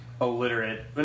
illiterate